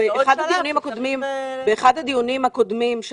באחד הדיונים הקודמים,